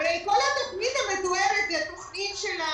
הרי כל התוכנית המתוארת היא התוכנית שלנו,